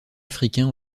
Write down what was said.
africain